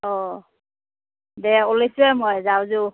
অ' দে ওলাইছোঁয়ে মই যাওঁযো